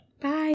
Bye